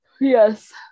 Yes